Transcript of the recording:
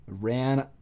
ran